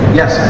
yes